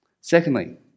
Secondly